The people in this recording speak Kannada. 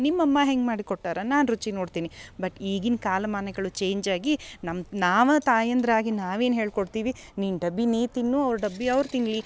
ನಿಮ್ಮಮ್ಮ ಹೆಂಗೆ ಮಾಡಿಕೊಟ್ಟಾರ ನಾನು ರುಚಿ ನೋಡ್ತೀನಿ ಬಟ್ ಈಗಿನ ಕಾಲಮಾನಗಳು ಚೇಂಜ್ ಆಗಿ ನಮ್ಮ ನಾವ ತಾಯಂದರಾಗಿ ನಾವೇನು ಹೇಳಿ ಕೊಡ್ತೀವಿ ನಿನ್ನ ಡಬ್ಬಿ ನೀ ತಿನ್ನು ಅವ್ರ ಡಬ್ಬಿ ಅವ್ರು ತಿನ್ಲಿ